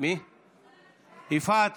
השרה יפעת